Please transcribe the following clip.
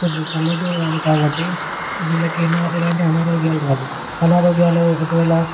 పల్లెటూరు వాళ్లు కాబట్టి వీళ్ళకి ఏనా ఎలాంటి అనారోగ్యాలు రావు అనారోగ్యాలు ఒకవేళ